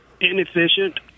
inefficient